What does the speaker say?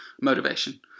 motivation